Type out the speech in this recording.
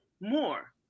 more